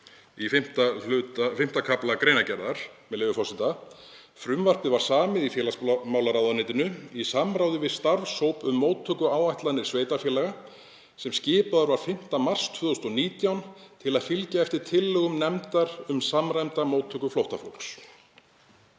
Í 5. kafla greinargerðar segir, með leyfi forseta: „Frumvarpið var samið í félagsmálaráðuneytinu í samráði við starfshóp um móttökuáætlanir sveitarfélaga sem skipaður var 5. mars 2019 til að fylgja eftir tillögum nefndar um samræmda móttöku flóttafólks.“